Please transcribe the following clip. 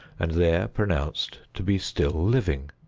and there pronounced to be still living,